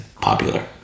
popular